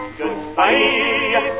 goodbye